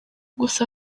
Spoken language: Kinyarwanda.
gusa